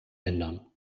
ändern